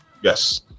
Yes